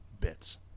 bits